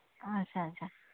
ᱟᱪᱪᱷᱟ ᱟᱪᱪᱷᱟ